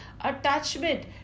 Attachment